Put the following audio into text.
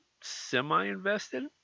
semi-invested